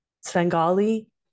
Svengali